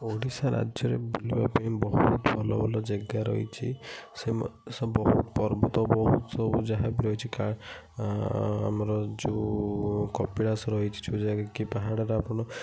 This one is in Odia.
ଓଡ଼ିଶା ରାଜ୍ୟ ରେ ବୁଲିବା ପାଇଁ ବହୁତ ଭଲ ଭଲ ଜାଗା ରହିଛି ବହୁତ ପର୍ବତ ବହୁତ ଯାହା ବି ରହିଛି ଆମର ଯୋଉ କପିଳାସ ରହିଛି ଯୋଉ ଯାଇକି ପାହାଡ଼ ଟା